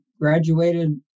graduated